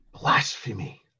Blasphemy